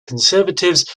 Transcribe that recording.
conservatives